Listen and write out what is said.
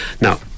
Now